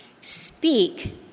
speak